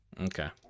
Okay